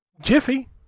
Jiffy